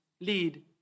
lead